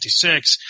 1956